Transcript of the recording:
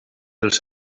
dels